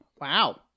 wow